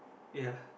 ya